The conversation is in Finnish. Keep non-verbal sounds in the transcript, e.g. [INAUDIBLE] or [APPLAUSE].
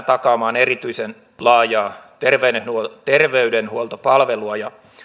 [UNINTELLIGIBLE] takaamaan erityisen laajaa terveydenhuoltopalvelua